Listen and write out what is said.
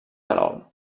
terol